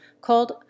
called